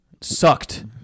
Sucked